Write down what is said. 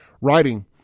Writing